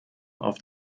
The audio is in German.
oft